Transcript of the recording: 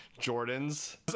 Jordans